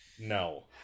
no